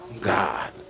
God